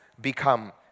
become